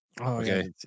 Okay